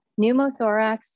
pneumothorax